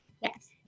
yes